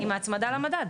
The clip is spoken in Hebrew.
עם ההצמדה למדד?